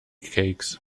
cakes